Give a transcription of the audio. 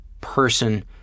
person